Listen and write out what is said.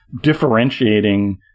differentiating